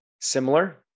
similar